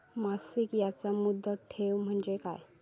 मासिक याज मुदत ठेव म्हणजे काय?